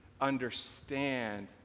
understand